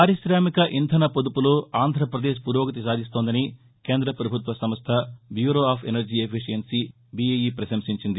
పారిశామిక ఇంధన పొదుపులో ఆంధ్రపదేశ్ పురోగతి సాధిస్తోందని కేంద్ర పభుత్వ సంస్ట bureau of energy efficiency BEE ప్రశంసించింది